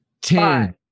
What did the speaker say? ten